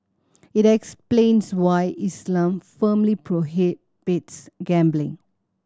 it explains why Islam firmly prohibits gambling